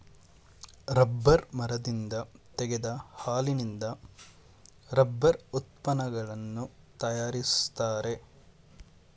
rubber ಮರದಿಂದ ತೆಗೆದ ಹಾಲಿನಿಂದ ರಬ್ಬರ್ ಉತ್ಪನ್ನಗಳನ್ನು ತರಯಾರಿಸ್ತರೆ